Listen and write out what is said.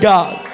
God